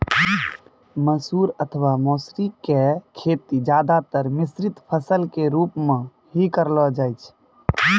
मसूर अथवा मौसरी के खेती ज्यादातर मिश्रित फसल के रूप मॅ हीं करलो जाय छै